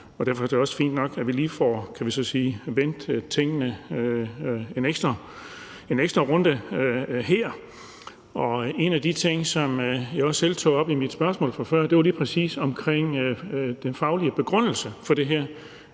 Derfor er det også fint nok, at vi lige får vendt tingene en ekstra runde her. En af de ting, som jeg også selv tog op i mit spørgsmål før, var lige præcis omkring den faglige begrundelse for det her,